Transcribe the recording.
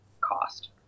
cost